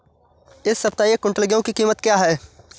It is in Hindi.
इस सप्ताह एक क्विंटल गेहूँ की कीमत क्या है?